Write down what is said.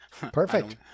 Perfect